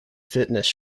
fitness